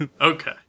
Okay